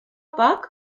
poc